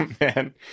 man